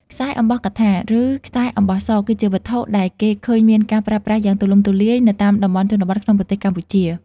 ខ្សែអំបោះកថា ឬ ខ្សែអំបោះស គឺជាវត្ថុដែលគេឃើញមានការប្រើប្រាស់យ៉ាងទូលំទូលាយនៅតាមតំបន់ជនបទក្នុងប្រទេសកម្ពុជា។